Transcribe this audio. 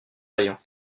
rayon